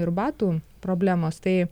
ir batų problemos tai